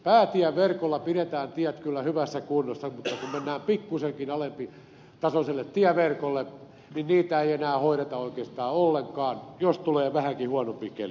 päätieverkolla pidetään tiet kyllä hyvässä kunnossa mutta kun mennään pikkuisenkin alempitasoiselle tieverkolle niin niitä ei enää hoideta oikeastaan ollenkaan jos tulee vähänkin huonompi keli